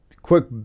quick